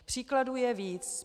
Příkladů je víc.